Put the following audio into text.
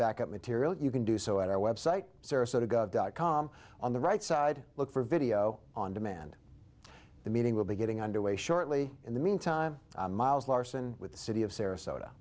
backup material you can do so at our website sarasota gov dot com on the right side look for video on demand the meeting will be getting underway shortly in the mean time miles larson with the city of sarasota